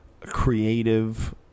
creative